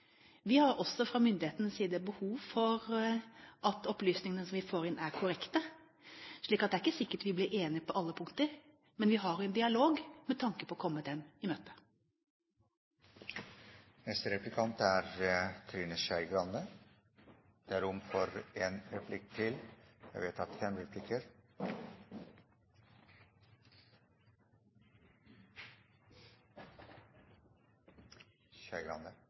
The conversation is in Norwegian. Vi har også fra myndighetenes side behov for at opplysningene som vi får inn, er korrekte. Så det er ikke sikkert at vi blir enige på alle punkter, men vi har en dialog med tanke på å komme dem i møte. Jeg og statsråden har en historie, som statsråden sa, om å oppleve den såkalte medlemsjuksskandalen. Jeg var sjøl anmeldt for